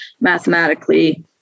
mathematically